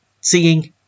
seeing